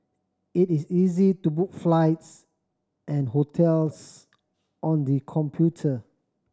it is easy to book flights and hotels on the computer